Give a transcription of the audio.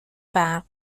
برق